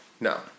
No